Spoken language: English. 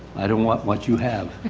i don't want what you have.